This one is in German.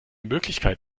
möglichkeit